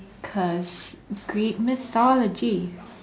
cause Greek mythology